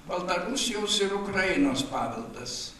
baltarusijos ir ukrainos paveldas